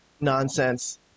nonsense